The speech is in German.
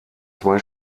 zwei